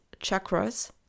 chakras